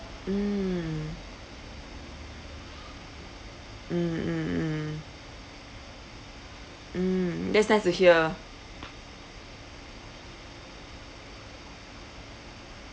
mm mm mm mm mm that's nice to hear